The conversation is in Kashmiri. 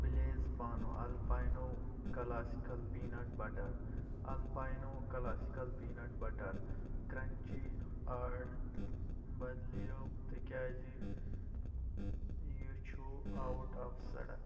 پٕلیٖز پانو Alpino classical peanut butter Alpino classical peanut butter crunchy آڑ بَدلِیو تِکیٛازِ یہِ چھُ آوُٹ آف سٕڈَک